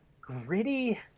gritty